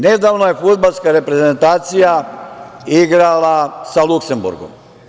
Nedavno je fudbalska reprezentacija igrala sa Luksemburgom.